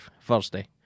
Thursday